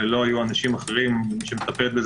ולא היו אנשים אחרים מי שמטפלת בכך